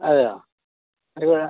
അതെയോ